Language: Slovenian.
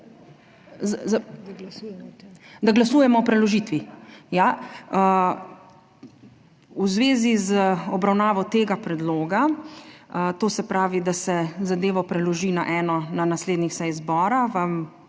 Da glasujemo o preložitvi? Ja, v zvezi z obravnavo tega predloga, to se pravi, da se zadevo preloži na eno naslednjih sej zbora,